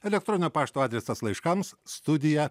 elektroninio pašto adresas laiškams studija